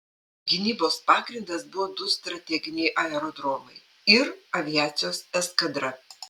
gynybos pagrindas buvo du strateginiai aerodromai ir aviacijos eskadra